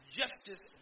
justice